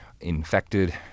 infected